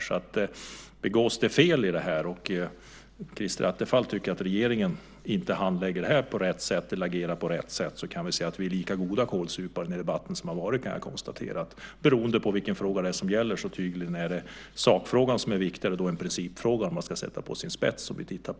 Om det begås fel och Stefan Attefall tycker att regeringen inte handlägger eller agerar på rätt sätt kan vi säga att vi har varit lika goda kålsupare i den debatt som har varit. Beroende på vilken fråga det gäller är tydligen sakfrågan viktigare än principfrågan - om det hela sätts på sin spets.